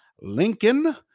Lincoln